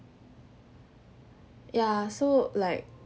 ya so like